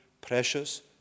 precious